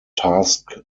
task